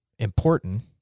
Important